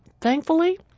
thankfully